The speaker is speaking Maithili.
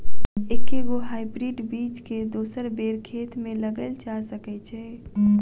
एके गो हाइब्रिड बीज केँ दोसर बेर खेत मे लगैल जा सकय छै?